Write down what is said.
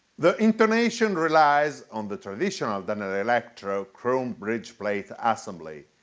the intonation relies on the traditional danelectro chrome bridge plate assembly,